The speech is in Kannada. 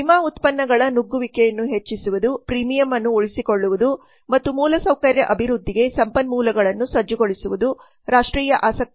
ವಿಮಾ ಉತ್ಪನ್ನಗಳ ನುಗ್ಗುವಿಕೆಯನ್ನು ಹೆಚ್ಚಿಸುವುದು ಪ್ರೀಮಿಯಂ ಅನ್ನು ಉಳಿಸಿಕೊಳ್ಳುವುದು ಮತ್ತು ಮೂಲಸೌಕರ್ಯ ಅಭಿವೃದ್ಧಿಗೆ ಸಂಪನ್ಮೂಲಗಳನ್ನು ಸಜ್ಜುಗೊಳಿಸುವುದು ರಾಷ್ಟ್ರೀಯ ಆಸಕ್ತಿಯಾಗಿದೆ